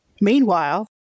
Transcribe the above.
Meanwhile